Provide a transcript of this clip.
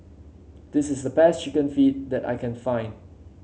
this is the best chicken feet that I can find